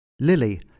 Lily